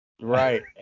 Right